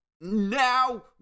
Now